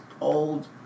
old